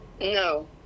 no